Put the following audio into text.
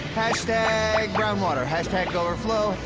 hashtag brown water! hashtag overflow.